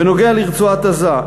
בנוגע לרצועת-עזה,